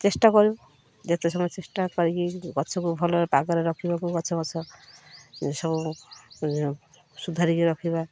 ଚେଷ୍ଟା କରୁ ଯେତେ ସମୟ ଚେଷ୍ଟା କରିକି ଗଛକୁ ଭଲରେ ପାଗରେ ରଖିବାକୁ ଗଛ ଗଛ ସବୁ ସୁଧାରିକି ରଖିବା